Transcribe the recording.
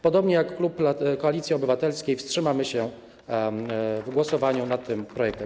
Podobnie jak klub Koalicji Obywatelskiej wstrzymamy się w głosowaniu nad tym projektem.